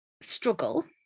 struggle